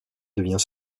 devient